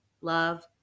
Love